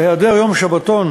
בהיעדר יום שבתון